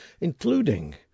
including